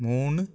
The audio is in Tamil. மூணு